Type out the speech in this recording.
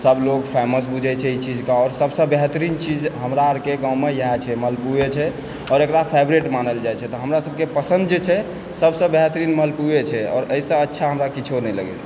सब लोग फेमस बुझय छै ई चीजके आओर सबसँ बेहतरीन चीज हमरा अरके गाँवमे इहए छै मालपुए छै आओर एकरा फेवरेट मानल जाइत छै तऽ हमरा सभकेँ पसन्द जे छै सभसँ बेहतरीन मालपुए छै आओर एहिसँ अच्छा हमरा किछु नहि लगैए